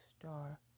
star